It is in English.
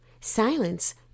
Silence